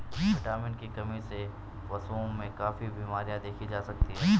vitamin की कमी से पशुओं में काफी बिमरियाँ देखी जा सकती हैं